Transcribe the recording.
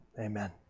Amen